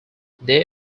they